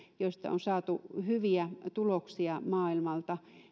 joista on saatu hyviä tuloksia maailmalta